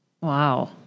Wow